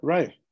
Right